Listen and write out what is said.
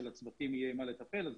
שלצוותים יהיה עם מה לטפל אז